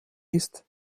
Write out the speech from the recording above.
ist